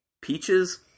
peaches